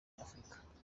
nyafurika